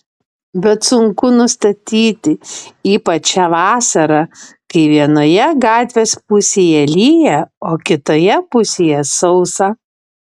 bet sunku nustatyti ypač šią vasarą kai vienoje gatvės pusėje lyja o kitoje pusėje sausa